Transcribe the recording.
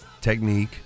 technique